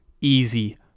Easy